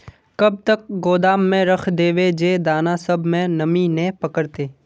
कब तक गोदाम में रख देबे जे दाना सब में नमी नय पकड़ते?